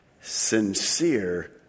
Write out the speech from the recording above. Sincere